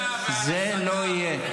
זה לא יהיה.